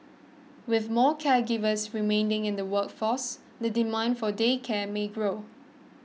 with more caregivers remaining in the workforce the demand for day care may grow